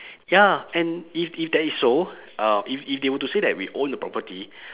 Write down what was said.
ya and if if that is so uh if if they were to say that we own the property